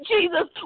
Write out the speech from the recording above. Jesus